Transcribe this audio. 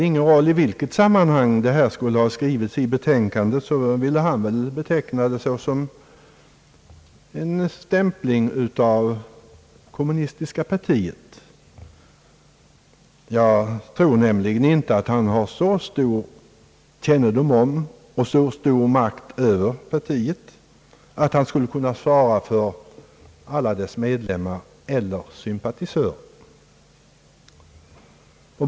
I vilket sammanhang det citerade än hade skrivits, skulle han väl ha betecknat det som en stämpling av kommunistiska partiet. Jag tror nämligen inte att han har så stor kännedom om och så stor makt över partiet att han skulle kunna svara för alla dess medlemmar eller sympatisörer.